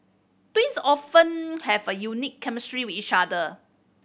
twins often have a unique chemistry with each other